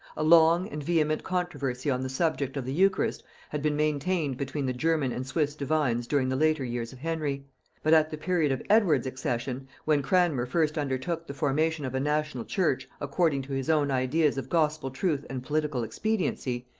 a long and vehement controversy on the subject of the eucharist had been maintained between the german and swiss divines during the later years of henry but at the period of edward's accession, when cranmer first undertook the formation of a national church according to his own ideas of gospel truth and political expediency,